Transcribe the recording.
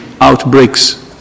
outbreaks